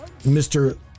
Mr